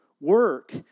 work